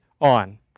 on